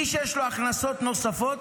מי שיש לו הכנסות נוספות,